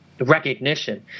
recognition